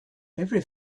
every